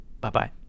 Bye-bye